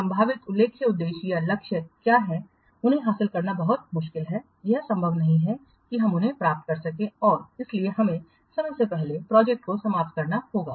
संभावित उल्लिखित उद्देश्य या लक्ष्य क्या हैं उन्हें हासिल करना बहुत मुश्किल है यह संभव नहीं है कि हम उन्हें प्राप्त कर सकें और इसलिए हमें समय से पहले प्रोजेक्ट को समाप्त करना होगा